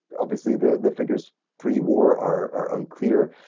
obviously, the the figures pre-war are are unclear,